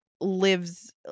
lives